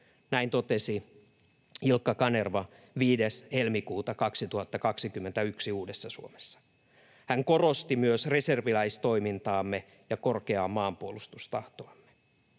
Näin totesi Ilkka Kanerva 5. helmikuuta 2021 Uudessa Suomessa. Hän korosti myös reserviläistoimintaamme ja korkeaa maanpuolustustahtoamme.